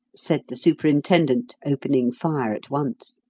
said the superintendent, opening fire at once,